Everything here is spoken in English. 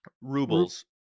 Rubles